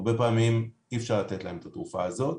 הרבה פעמים אי אפשר לתת את התרופה הזאת.